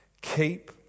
keep